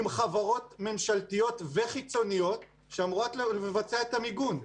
עם חברות ממשלתיות וחיצוניות שאמורות לבצע את המיגון.